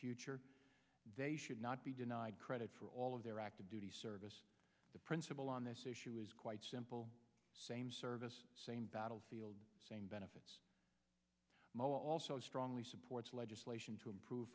future they should not be denied credit for all of their active duty service the principle on this issue is quite simple same service same battlefield same benefits mo also strongly supports legislation to improve